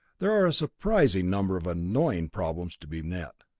there are a surprising number of annoying problems to be met.